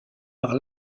par